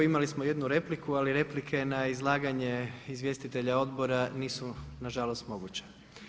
Imali smo jednu repliku, ali replike na izlaganje izvjestitelja odbora nisu nažalost moguće.